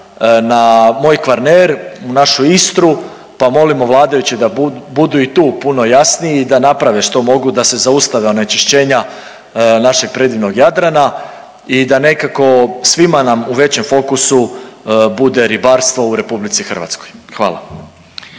na moj Kvarner, u našu Istru pa molimo vladajuće da budu i tu puno jasniji i da naprave što mogu da se zaustave onečišćenja našeg predivnog Jadrana i da nekako svima nam u većem fokusu bude ribarstvo u RH. Hvala.